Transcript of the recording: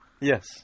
Yes